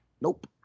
Nope